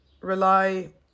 rely